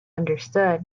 understood